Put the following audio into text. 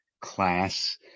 class